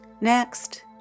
Next